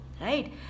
right